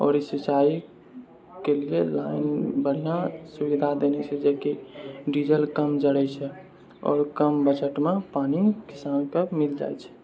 आओर सिँचाइके लिये लाइन बढ़िआँ सुविधा देने छै जे कि डीजल कम जड़य छै आओर कम बचतमे पानि किसानके मिल जाइ छै